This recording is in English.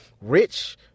rich